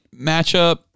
matchup